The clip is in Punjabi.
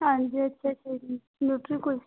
ਹਾਂਜੀ ਅੱਛਾ ਅੱਛਾ ਜੀ ਨਿਊਟਰੀ ਕੁਲਚੇ